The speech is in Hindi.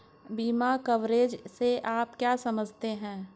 बीमा कवरेज से आप क्या समझते हैं?